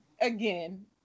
again